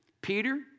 Peter